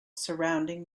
surrounding